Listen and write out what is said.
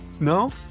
No